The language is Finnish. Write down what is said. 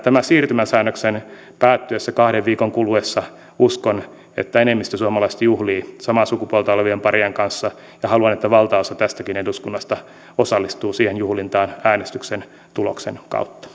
tämän siirtymäsäännöksen päättyessä kahden viikon kuluessa uskon että enemmistö suomalaisista juhlii samaa sukupuolta olevien parien kanssa ja haluan että valtaosa tästäkin eduskunnasta osallistuu siihen juhlintaan äänestyksen tuloksen kautta